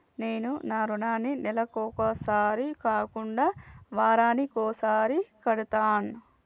నేను నా రుణాన్ని నెలకొకసారి కాకుండా వారానికోసారి కడ్తన్నా